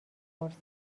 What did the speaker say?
پرسید